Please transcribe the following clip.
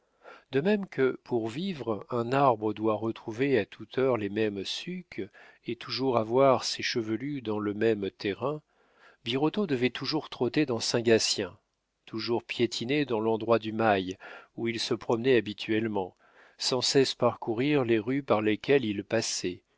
de même que pour vivre un arbre doit retrouver à toute heure les mêmes sucs et toujours avoir ses chevelus dans le même terrain birotteau devait toujours trotter dans saint gatien toujours piétiner dans l'endroit du mail où il se promenait habituellement sans cesse parcourir les rues par lesquelles il passait